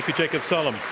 jacob sullum.